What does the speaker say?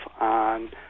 on